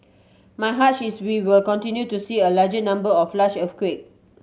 my hunch is we will continue to see a larger number of large earthquake